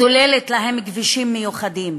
סוללת להם כבישים מיוחדים